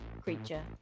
creature